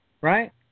Right